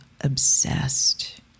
obsessed